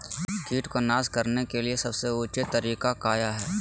किट को नास करने के लिए सबसे ऊंचे तरीका काया है?